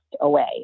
away